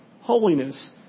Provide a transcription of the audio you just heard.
holiness